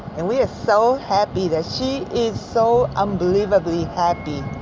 and we're so happy that she is so unbelievably happy.